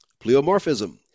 Pleomorphism